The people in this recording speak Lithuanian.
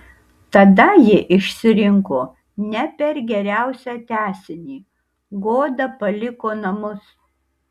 tada ji išsirinko ne per geriausią tęsinį goda paliko namus